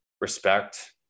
respect